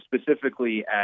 specifically